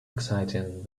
exciting